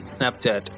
Snapchat